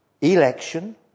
election